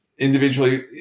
Individually